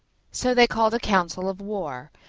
so they called a council of war,